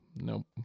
nope